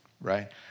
Right